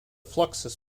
fluxus